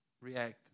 react